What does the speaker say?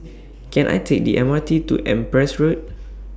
Can I Take The M R T to Empress Road